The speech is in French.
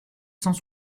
cent